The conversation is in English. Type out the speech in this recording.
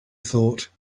thought